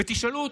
ותשאלו אותו.